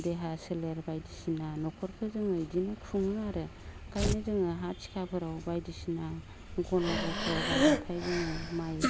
देहा सोलेर बायदिसिना न'खरखो जोङो इदिनो खुङो आरो ओंखायनो जोङो हा थिखाफोराव बायदिसिना गन' गख्ल' जाबाथाय जोङो माइ